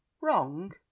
Wrong